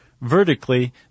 vertically